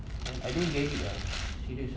I I don't get it lah serious ah